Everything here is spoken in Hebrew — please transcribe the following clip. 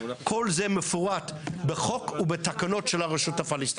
כל זה מפורט בחוק ובתקנות של הרשות הפלסטינית.